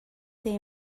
they